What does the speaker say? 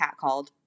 catcalled